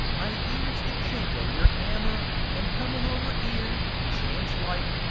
i ears the chink o your ammer, an' comin' over ere, chance like,